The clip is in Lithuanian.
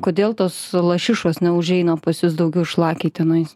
kodėl tos lašišos neužeina pas jus daugiau šlakiai tenais